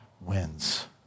wins